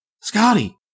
Scotty